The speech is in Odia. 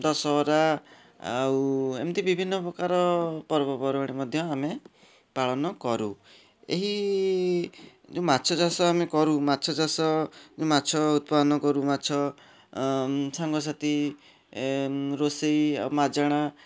ଦଶହରା ଆଉ ଏମିତି ବିଭିନ୍ନ ପ୍ରକାର ପର୍ବପର୍ବାଣୀ ମଧ୍ୟ ଆମେ ପାଳନ କରୁ ଏହି ଯେଉଁ ମାଛ ଚାଷ ଆମେ କରୁ ମାଛ ଚାଷ ମାଛ ଉତ୍ପାଦନ କରୁ ମାଛ ସାଙ୍ଗସାଥୀ ରୋଷେଇ ଆଉ ମାଜେଣା